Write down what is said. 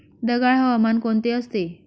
ढगाळ हवामान कोणते असते?